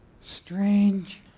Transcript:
strange